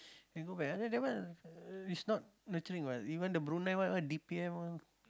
they go back and that one is not nurturing what even the Brunei one d_p_m what